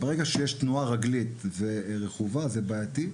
כשיש תנועה רגלית ורכובה זה בעייתי.